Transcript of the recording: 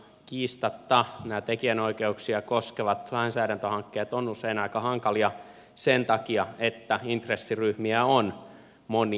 kiistatta nämä tekijänoikeuksia koskevat lainsäädäntöhankkeet ovat usein aika hankalia sen takia että intressiryhmiä on monia